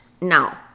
now